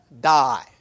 die